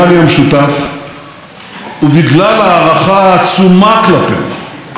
ישראל ומדינות ערביות רבות קרובות היום כפי שלא היו מעולם,